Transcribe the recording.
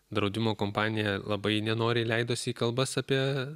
draudimo kompanija labai nenoriai leidosi į kalbas apie